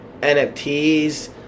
NFTs